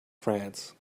france